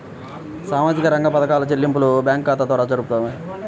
సామాజిక రంగ పథకాల చెల్లింపులు బ్యాంకు ఖాతా ద్వార జరుగుతాయా?